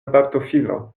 baptofilo